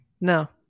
No